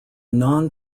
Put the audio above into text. non